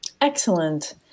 Excellent